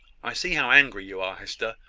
i see how angry you are, hester.